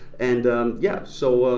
and yeah, so,